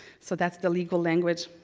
so that's the legal language.